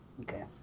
Okay